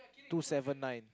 two seven nine